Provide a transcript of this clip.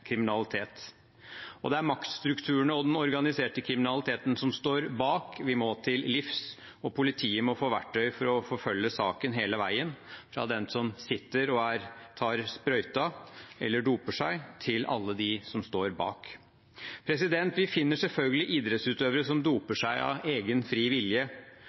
kriminalitet. Det er maktstrukturene og den organiserte kriminaliteten som står bak, vi må til livs, og politiet må få verktøy til å forfølge saken hele veien – fra den som sitter og tar sprøyten eller doper seg, til alle dem som står bak. Vi finner selvfølgelig idrettsutøvere som doper seg av egen fri vilje,